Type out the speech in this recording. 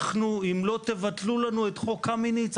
אם לא תבטלו לנו את חוק קמיניץ,